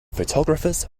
photographers